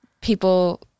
people